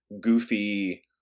goofy